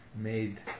made